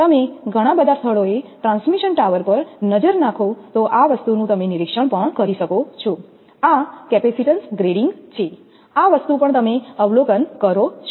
તમે ઘણા સ્થળોએ ટ્રાન્સમિશન ટાવર પર નજર નાખો તો આ વસ્તુનું તમે નિરીક્ષણ પણ કરી શકો છો આ કેપેસિટીન્સ ગ્રેડિંગછે આ વસ્તુ પણ તમે અવલોકન કરો છો